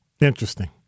Interesting